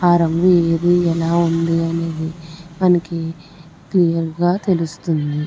ఆ రంగు ఏది ఎలా ఉంది అనేది మనకి క్లియర్గా తెలుస్తుంది